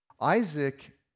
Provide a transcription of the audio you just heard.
Isaac